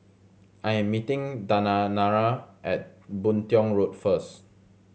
I am meeting Dayanara at Boon Tiong Road first